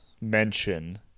mention